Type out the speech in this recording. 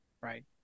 right